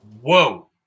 whoa